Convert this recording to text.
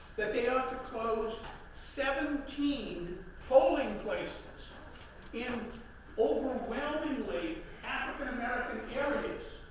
that the ought to close seventeen polling places in overwhelmingly african american areas,